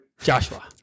Joshua